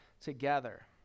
together